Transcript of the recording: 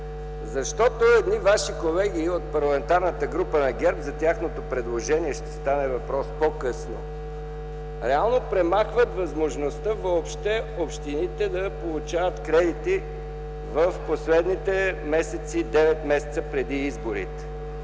Защото едни ваши колеги от парламентарната група на ГЕРБ – за тяхното предложение ще стане въпрос по-късно, реално премахват възможността общините въобще да получават кредити в последните 9 месеца преди изборите.